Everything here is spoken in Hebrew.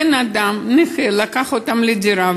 בן-אדם נכה לקח אותם לדירה,